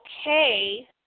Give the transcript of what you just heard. Okay